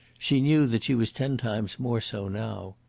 she knew that she was ten times more so now.